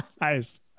Nice